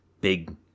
big